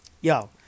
Yo